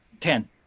Ten